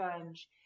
sponge